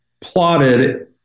plotted